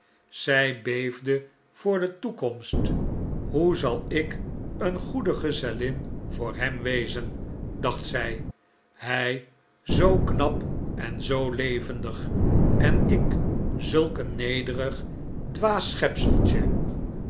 zij beefde voor de toekomst hoe zal ik een goede gezellin voor hem wezen dacht zij hij zoo knap en zoo levendig en ik zulk een nederig